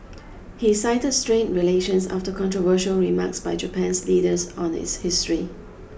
he cited strained relations after controversial remarks by Japan's leaders on its history